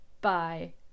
bye